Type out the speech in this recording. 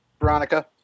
Veronica